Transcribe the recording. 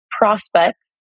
prospects